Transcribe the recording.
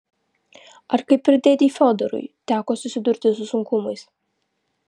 ar kaip ir dėdei fiodorui teko susidurti su sunkumais